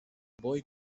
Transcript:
boy